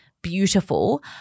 beautiful